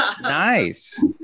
Nice